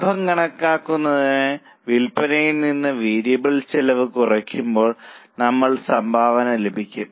ലാഭം കണക്കാക്കുന്നതിന് വിൽപനയിൽ നിന്ന് വേരിയബിൾ ചെലവ് കുറയ്ക്കുമ്പോൾ നമ്മൾക്ക് സംഭാവന ലഭിക്കും